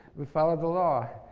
we followed the law.